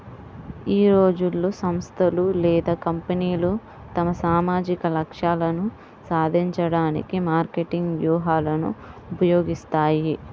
ఈ రోజుల్లో, సంస్థలు లేదా కంపెనీలు తమ సామాజిక లక్ష్యాలను సాధించడానికి మార్కెటింగ్ వ్యూహాలను ఉపయోగిస్తాయి